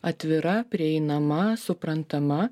atvira prieinama suprantama